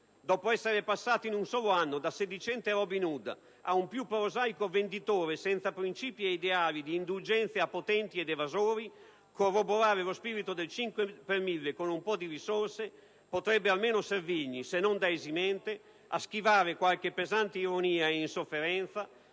dopo essere passato in un solo anno da sedicente Robin Hood a un più prosaico venditore, senza principi e ideali, di indulgenze a potenti ed evasori, corroborare lo spirito del 5 per mille con un po' di risorse potrebbe almeno servirgli, se non da esimente, a schivare qualche pesante ironia e insofferenza